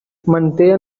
manté